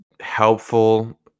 helpful